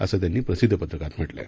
असं त्यांनी प्रसिद्धीपत्रकात म्हटलं आहे